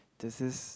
this is